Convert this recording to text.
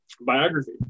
biography